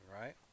right